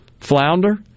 flounder